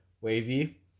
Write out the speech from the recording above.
wavy